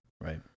right